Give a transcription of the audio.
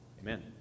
Amen